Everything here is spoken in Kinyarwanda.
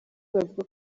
bavuga